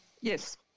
Yes